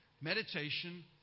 Meditation